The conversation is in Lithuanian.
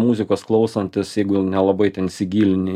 muzikos klausantis jeigu nelabai ten įsigilini